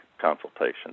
consultation